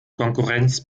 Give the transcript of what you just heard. konkurrenz